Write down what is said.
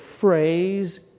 phrase